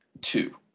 two